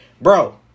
bro